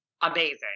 amazing